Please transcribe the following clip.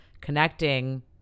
connecting